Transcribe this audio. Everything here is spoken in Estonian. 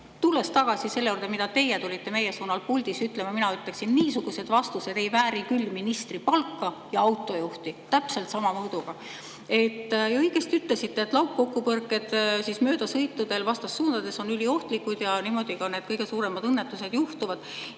tagasi selle juurde, mida teie tulite meie suunal puldis ütlema, mina ütleksin: niisugused vastused ei vääri küll ministripalka ja autojuhti. Täpselt sama mõõduga! Õigesti ütlesite, et laupkokkupõrked möödasõitudel vastassuundades on üliohtlikud ja niimoodi need kõige suuremad õnnetused juhtuvad.